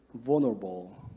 vulnerable